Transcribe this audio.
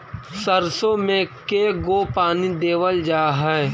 सरसों में के गो पानी देबल जा है?